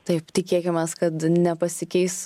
taip tikėkimės kad nepasikeis